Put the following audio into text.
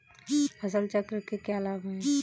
फसल चक्र के क्या लाभ हैं?